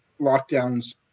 lockdowns